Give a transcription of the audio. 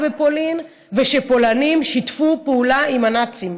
בפולין ושפולנים שיתפו פעולה עם הנאצים,